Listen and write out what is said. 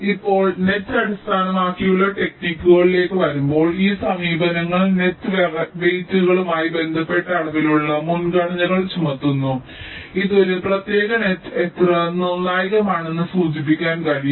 ഇപ്പോൾ നെറ്റ് അടിസ്ഥാനമാക്കിയുള്ള ടെക്നിക്കുകളിലേക്ക് വരുമ്പോൾ ഈ സമീപനങ്ങൾ നെറ്റ് വെയിറ്റുകളുമായി ബന്ധപ്പെട്ട അളവിലുള്ള മുൻഗണനകൾ ചുമത്തുന്നു ഇത് ഒരു പ്രത്യേക നെറ്റ് എത്ര നിർണായകമാണെന്ന് സൂചിപ്പിക്കാൻ കഴിയും